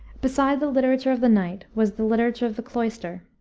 beside the literature of the knight was the literature of the cloister.